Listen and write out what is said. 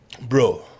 Bro